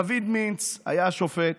דוד מינץ היה שופט